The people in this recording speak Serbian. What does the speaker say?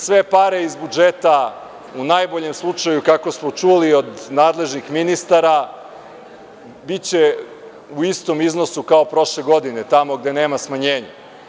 Sve pare iz budžeta u najboljem slučaju, kako smo čuli od nadležnih ministara biće u istom iznosu kao prošle godine, tamo gde nema smanjenja.